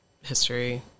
history